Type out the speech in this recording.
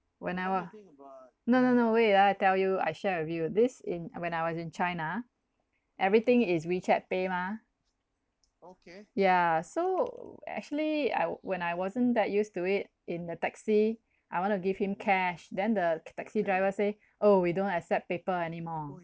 when I wa~ no no no wait ah I tell you I share with you this in when I was in china everything is wechat pay mah yeah so actually I when I wasn't that used to it in the taxi I want to give him cash then the taxi driver say oh we don't accept paper anymore